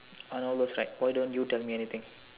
on all those right why don't you tell me anything